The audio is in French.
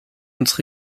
notre